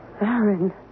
Aaron